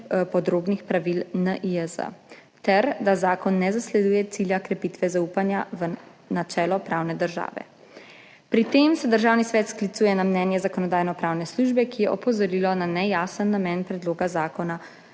podrobnih pravil NIJZ ter da zakon ne zasleduje cilja krepitve zaupanja v načelo pravne države. Pri tem se Državni svet sklicuje na mnenje Zakonodajno-pravne službe, ki je opozorila, da nejasen namen predloga zakona